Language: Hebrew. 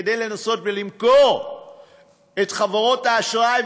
כדי לנסות למכור את חברות האשראי,